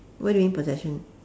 what do you mean possession